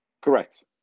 Correct